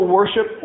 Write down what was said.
Worship